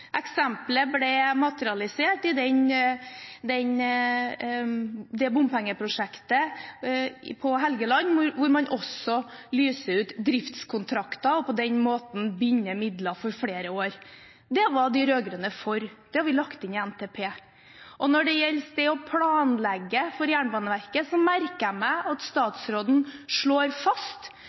det bompengeprosjektet på Helgeland hvor man også lyser ut driftskontrakter og på den måten binder midler for flere år. Det var de rød-grønne for. Det har vi lagt inn i NTP. Når det gjelder det å planlegge for Jernbaneverket, merker jeg meg at statsråden slår fast